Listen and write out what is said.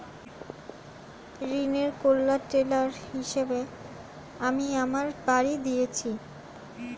ঋনের কোল্যাটেরাল হিসেবে আমি আমার বাড়ি দিয়েছি